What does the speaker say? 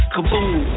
Kaboom